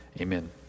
Amen